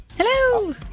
Hello